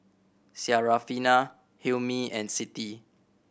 Syarafina Hilmi and Siti